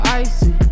icy